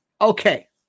Okay